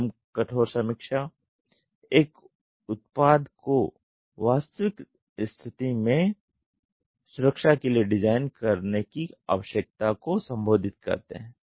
नरम कठोर समीक्षा एक उत्पाद को वास्तविक स्थिति में सुरक्षा के लिए डिजाइन करने की आवश्यकता को संबोधित करते हैं